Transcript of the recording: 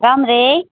राम्रै